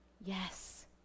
Yes